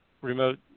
remote